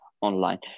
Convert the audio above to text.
online